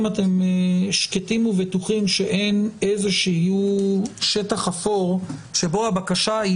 אתם שקטים ובטוחים שאין איזשהו שטח אפור שבו הבקשה היא